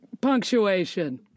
punctuation